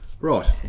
Right